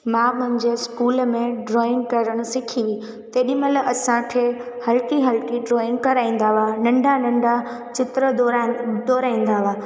मां मुंहिंजे स्कूल में ड्रॉइंग करणु सिखी हुई तेॾीमहिल असांखे हल्की हल्की ड्रॉइंग कराईंदा हुआ नंढा नंढा चित्र दौराइन दौराईंदा हुआ